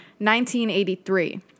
1983